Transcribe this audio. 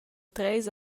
treis